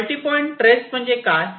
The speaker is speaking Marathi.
तर मल्टी पॉइंट ट्रेस म्हणजे काय